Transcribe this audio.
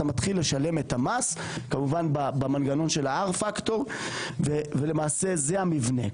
אתה מתחיל לשלם את המס כמובן במנגנון של ה-R פקטור ולמעשה זה המבנה.